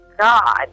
god